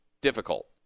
difficult